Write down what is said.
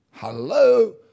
Hello